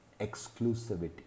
Exclusivity